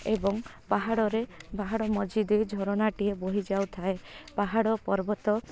ଏବଂ ପାହାଡ଼ରେ ପାହାଡ଼ ମଝି ଦେଇ ଝରଣାଟିଏ ବୋହି ଯାଉଥାଏ ପାହାଡ଼ ପର୍ବତ